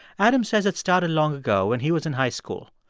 adam says it started long ago when he was in high school.